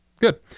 good